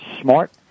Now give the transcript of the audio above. Smart